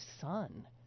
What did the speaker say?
son